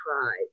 cried